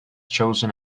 chosen